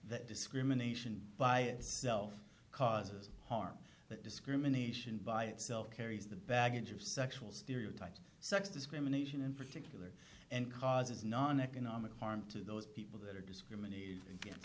that discrimination by itself causes harm that discrimination by itself carries the baggage of sexual stereotypes sex discrimination in particular and causes non economic harm to those people that are discriminated against